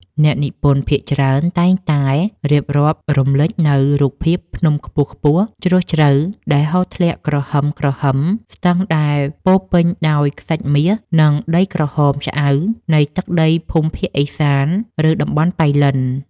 អ្នកនិពន្ធភាគច្រើនតែងតែរៀបរាប់រំលេចនូវរូបភាពភ្នំខ្ពស់ៗ ជ្រោះជ្រៅដែលហូរធ្លាក់គ្រហឹមៗ ស្ទឹងដែលពោរពេញដោយខ្សាច់មាស និងដីក្រហមឆ្អៅនៃទឹកដីភូមិភាគឦសាន ឬតំបន់ប៉ៃលិន។